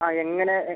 ആ എങ്ങനെ